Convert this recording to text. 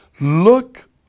Look